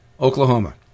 Oklahoma